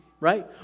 right